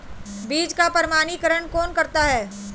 बीज का प्रमाणीकरण कौन करता है?